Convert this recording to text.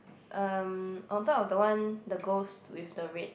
um on top of the one the ghost with the red